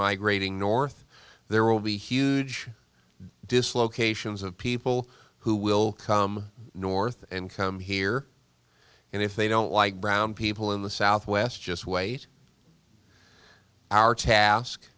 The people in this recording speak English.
migrating north there will be huge dislocations of people who will come north and come here and if they don't like brown people in the southwest just wait our task